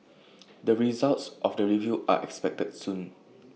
the results of the review are expected soon